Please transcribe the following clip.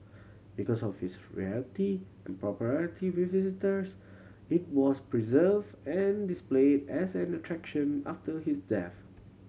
because of its rarity and popularity with visitors it was preserved and displayed as an attraction after his death